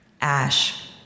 Ash